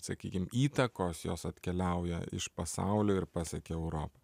sakykim įtakos jos atkeliauja iš pasaulio ir pasiekia europą